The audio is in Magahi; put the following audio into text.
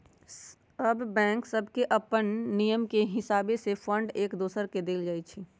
सभ बैंक सभके अप्पन नियम के हिसावे से फंड एक दोसर के देल जाइ छइ